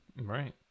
Right